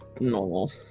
normal